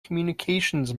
communications